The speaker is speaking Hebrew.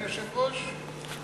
ההצבעה.